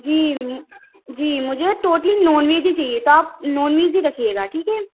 جی جی مجھے totally non veg ہی چاہیے تھا نان ویج ہی رکھیے گا ٹھیک ہے